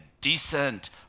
decent